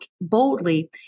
boldly